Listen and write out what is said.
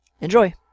enjoy